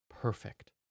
perfect